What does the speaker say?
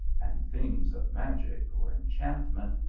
and things of magic or enchant ment,